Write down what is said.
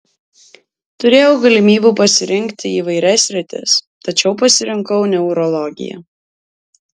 turėjau galimybių pasirinkti įvairias sritis tačiau pasirinkau neurologiją